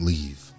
Leave